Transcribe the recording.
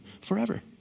forever